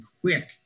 quick